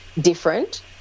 different